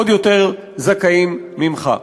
עוד יותר זכאים ממך.